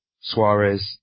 Suarez